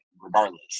regardless